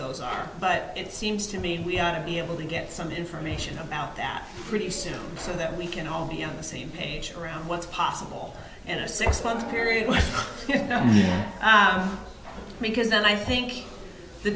those are but it seems to me we have to be able to get some information about that pretty soon so that we can all be on the same page around what's possible in a six month period because then i think the